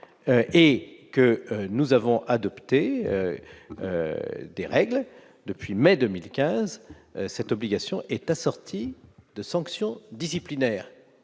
Nous avons adopté des règles depuis mai 2015. Cette obligation est assortie de sanctions disciplinaires.